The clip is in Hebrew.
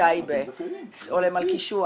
טייבה או מלכישוע